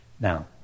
Now